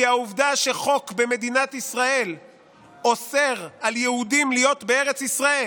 כי העובדה היא שחוק במדינת ישראל אוסר על יהודים להיות בארץ ישראל,